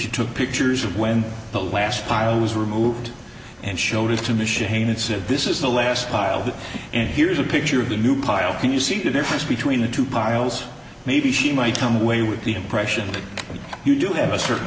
you took pictures of when the last pile was removed and showed it to machine it's it this is the last pile that and here's a picture of the new pile can you see the difference between the two piles maybe she might come away with the impression that you do have a certain